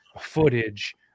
footage